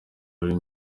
rurimi